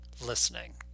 listening